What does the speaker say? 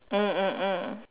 mm mm mm